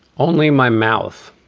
only my mouth